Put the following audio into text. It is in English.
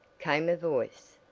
came a voice,